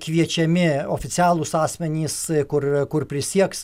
kviečiami oficialūs asmenys kur kur prisieks